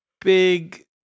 big